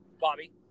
Bobby